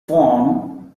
form